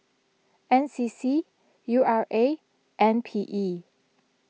N C C U R A and P E